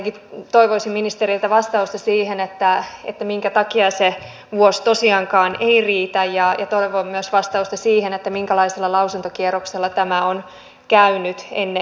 ensinnäkin toivoisin ministeriltä vastausta siihen minkä takia se vuosi tosiaankaan ei riitä ja toivon myös vastausta siihen minkälaisella lausuntokierroksella tämä on käynyt ennen tätä